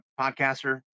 podcaster